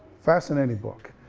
fascinating book.